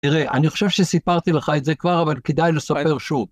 תראה, אני חושב שסיפרתי לך את זה כבר, אבל כדאי לספר שוב.